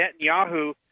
netanyahu